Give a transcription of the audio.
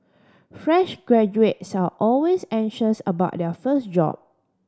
fresh graduates are always anxious about their first job